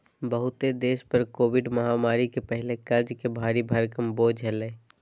बहुते देश पर कोविड महामारी के पहले कर्ज के भारी भरकम बोझ हलय